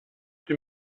dem